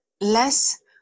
less